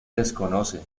desconoce